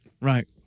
Right